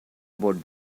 about